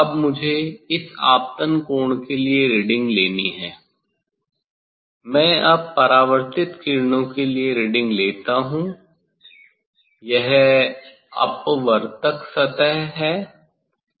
अब मुझे इस आपतन कोण के लिए रीडिंग लेनी है मैं अब परावर्तित किरणों के लिए रीडिंग लेता हूँ यह अपवर्तक सतह है